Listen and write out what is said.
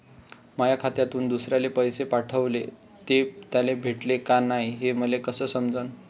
माया खात्यातून दुसऱ्याले पैसे पाठवले, ते त्याले भेटले का नाय हे मले कस समजन?